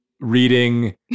reading